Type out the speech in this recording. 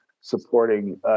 supporting